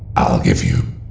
i'll give you.